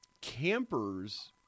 campers